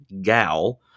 Gal